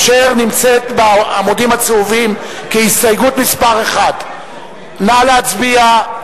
אשר נמצאת בעמודים הצהובים כהסתייגות מס' 1. נא להצביע,